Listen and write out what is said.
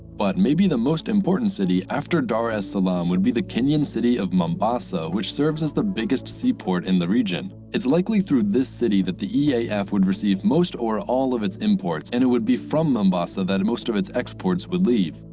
but maybe the most important city after dar es salaam would be the kenyan city of mombasa, mombasa, which serves as the biggest seaport in the region. it's likely through this city that the eaf would receive most or all of its imports and it would be from mombasa that most of its exports would leave.